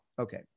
Okay